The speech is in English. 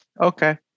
Okay